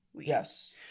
Yes